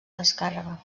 descàrrega